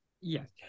yes